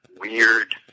weird